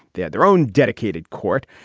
they had their own dedicated court.